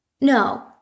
No